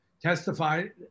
testified